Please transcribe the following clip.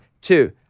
Two